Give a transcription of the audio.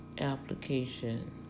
application